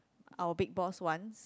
our big boss wants